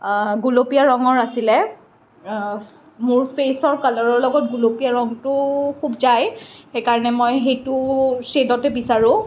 গুলপীয়া ৰঙৰ আছিলে মোৰ ফেচৰ কালাৰৰ লগত গুলপীয়া ৰংটো খুব যায় সেইকাৰণে মই সেইটো ছেদতে বিচাৰোঁ